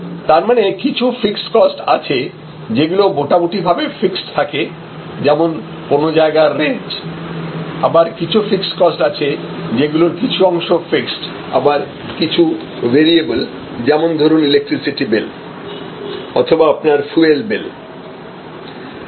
তারমানে কিছু fixed cost আছে যেগুলো মোটামুটিভাবে ফিক্সড থাকে যেমন কোন জায়গার রেন্ট আবার কিছু ফিক্সড কস্ট আছে যেগুলোর কিছু অংশ ফিক্সড আবার কিছুটা ভেরিয়েবল যেমন ধরুন ইলেকট্রিসিটি বিল অথবা আপনার ফুয়েল বিল ইত্যাদি